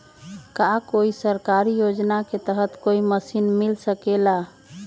का कोई सरकारी योजना के तहत कोई मशीन मिल सकेला?